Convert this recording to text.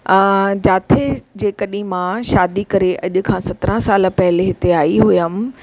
जिते जेकॾहिं मां शादी करे अॼ खां सत्रहं साल पहले हिते आई हुअमि